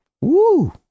Woo